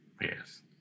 Yes